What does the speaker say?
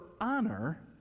honor